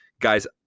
Guys